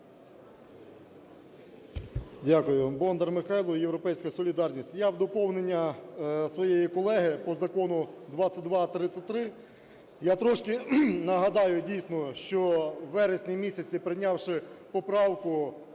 Дякую. Бондар Михайло, "Європейська солідарність". Я у доповнення своєї колеги по закону 2233, я трішки нагадаю, дійсно, що у вересні місяці, прийнявши поправку